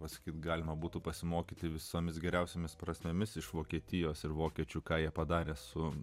pasakyti galima būtų pasimokyti visomis geriausiomis prasmėmis iš vokietijos ir vokiečių ką jie padarė su